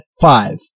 Five